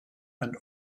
and